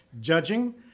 judging